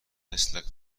مثل